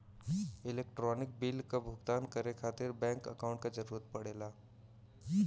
electronic bill क भुगतान करे खातिर बैंक अकांउट क जरूरत पड़ला